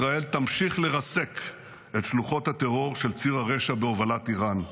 ישראל תמשיך לרסק את שלוחות הטרור של ציר הרשע בהובלת איראן.